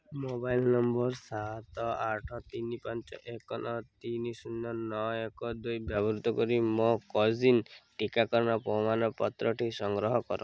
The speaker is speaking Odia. ମୋବାଇଲ ନମ୍ବର ସାତ ଆଠ ତିନି ପାଞ୍ଚ ଏକ ନଅ ତିନି ଶୂନ ନଅ ଏକ ଦୁଇ ବ୍ୟବହାର କରି ମୋର କୋୱିନ୍ ଟିକାକରଣର ପ୍ରମାଣପତ୍ରଟି ସଂଗ୍ରହ କର